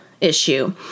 issue